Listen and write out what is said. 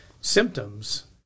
symptoms